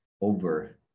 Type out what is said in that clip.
over